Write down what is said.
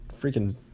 freaking